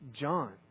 John